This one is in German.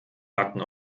backen